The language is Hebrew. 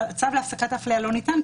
אבל צו להפסקת ההפליה לא ניתן,